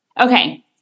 Okay